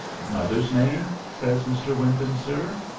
mother's name? says mr. wyndham, sir.